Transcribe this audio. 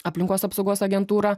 aplinkos apsaugos agentūrą